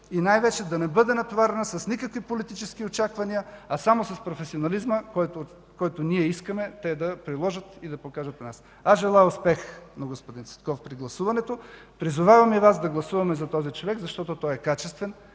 и най-вече да не бъде натоварена с никакви политически очаквания, а само с професионализма, който искаме те да приложат и да покажат. Желая успех на господин Цветков при гласуването. Призовавам и Вас да гласувате за този човек, защото той е качествен.